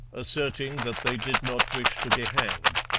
asserting that they did not wish to be hanged.